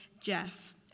Jeff